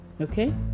Okay